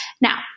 Now